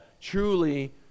truly